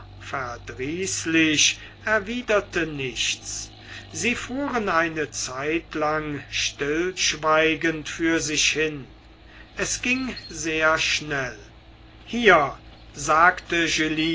verdrießlich erwiderte nichts sie fuhren eine zeitlang stillschweigend vor sich hin es ging sehr schnell hier sagte